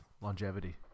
longevity